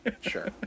Sure